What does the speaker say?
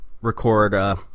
record